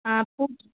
খুব